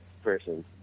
person